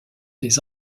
des